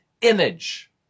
image